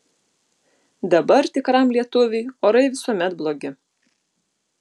dabar tikram lietuviui orai visuomet blogi